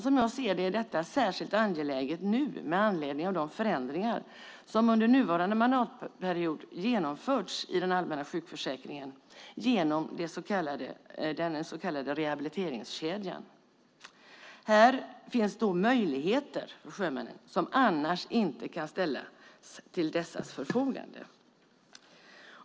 Som jag ser det är detta särskilt angeläget nu mot bakgrund av de förändringar som under nuvarande mandatperiod har genomförts i den allmänna sjukförsäkringen genom den så kallade rehabiliteringskedjan. Här finns möjligheter för sjömännen som annars inte kan ställas till dessas förfogande.